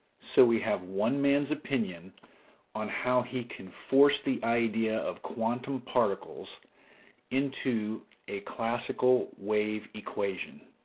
so we have one man's opinion on how he can force the idea of quantum particles into a classical wave equation.